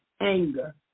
anger